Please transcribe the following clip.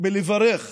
בלברך